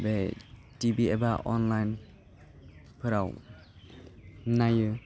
बे टिभि एबा अनलाइनफोराव नायो